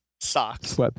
socks